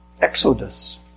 Exodus